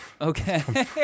Okay